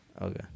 okay